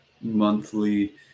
monthly